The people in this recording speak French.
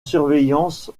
surveillance